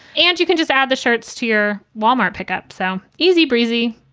and you can just add the shirts to your wal-mart pickup. so easy, breezy.